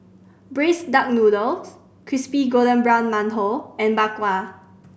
braised duck noodles crispy golden brown mantou and Bak Kwa